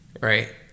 right